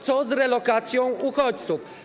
Co z relokacją uchodźców?